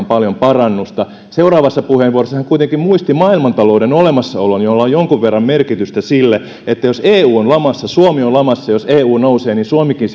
paljon parannusta seuraavassa puheenvuorossa hän kuitenkin muisti maailmantalouden olemassaolon jolla on jonkun verran merkitystä siinä että jos eu on lamassa suomi on lamassa jos eu nousee niin suomikin